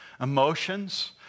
Emotions